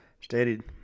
stated